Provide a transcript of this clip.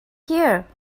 here